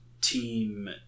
Team